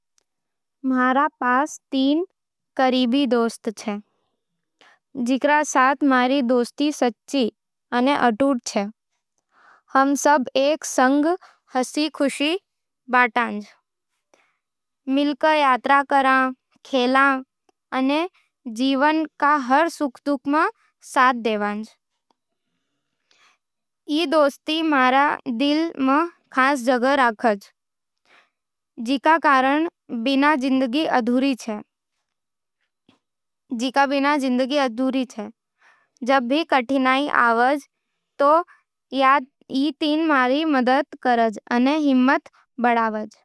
म्हारे पास तीन करीबी दोस्त है, जिकरा साथ मारी दोस्ती सच्ची अने अटूट छे। हम सब एक संग हँसी-खुशी बांटै, मिलके यात्रा करै, खेला, अने जीवन रा हर सुख-दुख में साथ देवे। ई दोस्ती मारे दिल में खास जगह राखे है, जिकरो बिना जिंदगी अधूरी लागे। जब भी कठिनाइयाँ आवै, तो ई तीनों मारी मदद करै अने हिम्मत बढ़ावै।